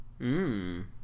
Mmm